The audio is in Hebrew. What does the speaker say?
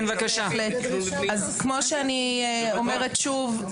אז כמו שאני אומר שוב,